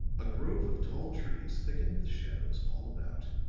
a grove of tall trees thickened the shadows all about,